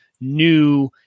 new